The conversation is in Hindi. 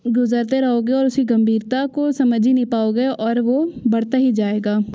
गुज़रते रहोगे और उसी गंभीरता को समझ ही नहीं पाओगे और वो बढ़ता ही जाएगा